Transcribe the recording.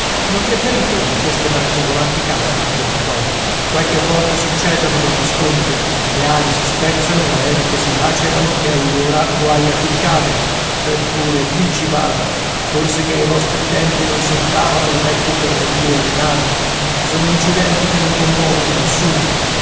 on è pericolo che queste macchine volanti cadano chiese toby qualche volta succedono degli scontri le ali si spezzano le eliche si lacerano e allora guai a chi cade eppure chi ci bada forse che ai vostri tempi non s'urtavano le vecchie ferrovie e le navi sono incidenti che non commuovono nessuno